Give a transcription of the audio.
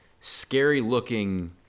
scary-looking